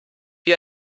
wie